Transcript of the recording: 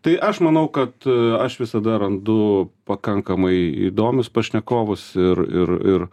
tai aš manau kad aš visada randu pakankamai įdomius pašnekovus ir ir ir